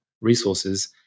resources